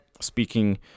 speaking